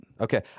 Okay